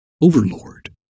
overlord